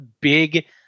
big